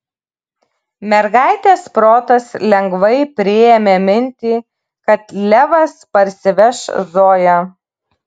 mergaitės protas lengvai priėmė mintį kad levas parsiveš zoją